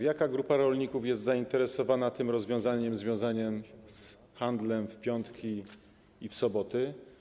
Jaka grupa rolników jest zainteresowana tym rozwiązaniem związanym z handlem w piątki i w soboty?